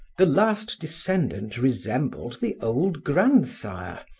the last descendant resembled the old grandsire,